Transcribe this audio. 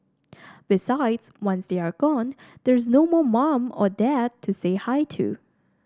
besides once they are gone there's no more mum or dad to say hi to